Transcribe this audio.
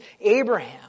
Abraham